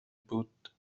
بود